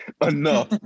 enough